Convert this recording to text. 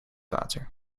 water